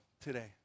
today